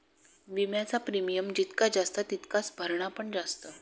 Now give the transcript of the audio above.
विम्याचा प्रीमियम जितका जास्त तितकाच भरणा पण जास्त